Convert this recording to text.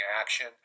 action